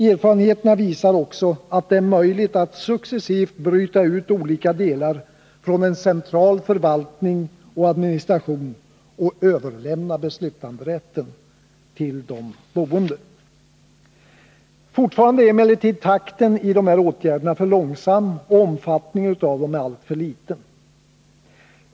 Erfarenheterna visar också att det är möjligt att successivt bryta ut olika delar från en central förvaltning och administration och överlämna beslutanderätten till de boende. Fortfarande är emellertid takten i dessa åtgärder för långsam och omfattningen av dem alltför liten.